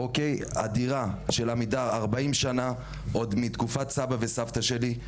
הדירה של עמידר 40 שנים עוד מתקופת סבא וסבתא שלי.